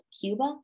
Cuba